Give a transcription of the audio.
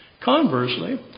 Conversely